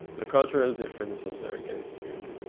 the cultural differences are against you.